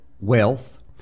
wealth